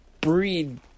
breed